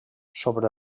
sobre